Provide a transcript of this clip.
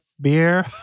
beer